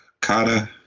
Kata